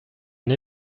une